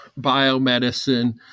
biomedicine